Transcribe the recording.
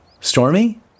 stormy